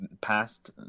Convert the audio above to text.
past